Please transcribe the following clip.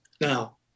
Now